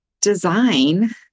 design